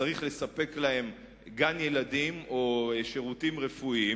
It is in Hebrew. וצריך לספק להם גן-ילדים או שירותים רפואיים,